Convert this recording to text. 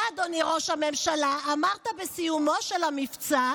אתה, אדוני ראש הממשלה, אמרת בסיומו של המבצע: